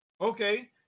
okay